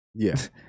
Yes